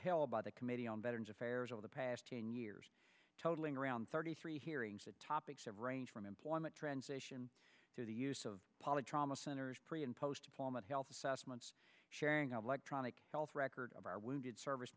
held by the committee on veterans affairs over the past ten years totaling around thirty three hearings the topics have range from employment transition through the use of public trauma centers pre and post deployment health assessments sharing of electronic health record of our wounded service